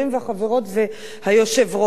החברות והיושב-ראש,